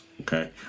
Okay